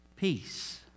Peace